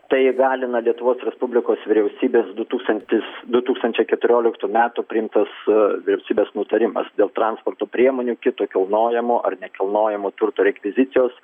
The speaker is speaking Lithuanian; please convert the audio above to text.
tai įgalina lietuvos respublikos vyriausybės du tūkstantis du tūkstančiai keturioliktų metų priimtas vyriausybės nutarimas dėl transporto priemonių kito kilnojamo ar nekilnojamo turto rekvizicijos